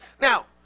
Now